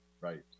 Right